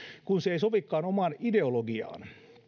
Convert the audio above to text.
kun se ei sovikaan omaan ideologiaan